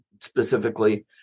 specifically